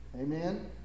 Amen